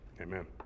Amen